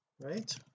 right